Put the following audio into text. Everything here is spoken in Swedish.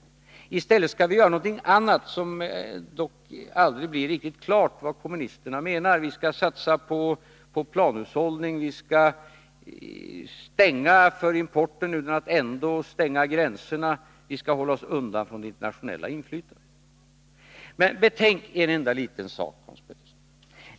I stället bör vi enligt kommunisterna göra någonting annat. Man blir dock aldrig riktigt på det klara med vad kommunisterna menar. Vi skall satsa på planhushållning, vi skall förhindra import utan att stänga gränserna, vi skall hålla oss undan från det internationella inflytandet. Men betänk en enda liten sak, Hans Petersson.